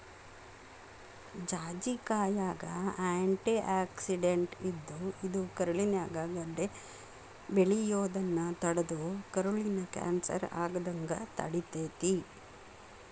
ಜಾಜಿಕಾಯಾಗ antioxidant ಇದ್ದು, ಇದು ಕರುಳಿನ್ಯಾಗ ಗಡ್ಡೆ ಬೆಳಿಯೋದನ್ನ ತಡದು ಕರುಳಿನ ಕ್ಯಾನ್ಸರ್ ಆಗದಂಗ ತಡಿತೇತಿ